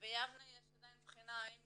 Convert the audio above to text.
וביבנה יש עדיין בחינה אם נדרש,